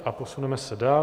A posuneme se dál.